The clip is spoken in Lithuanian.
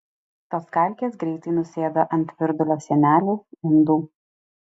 tos kalkės greitai nusėda ant virdulio sienelių indų